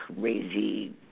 crazy